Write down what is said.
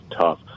tough